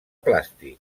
plàstic